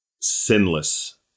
sinless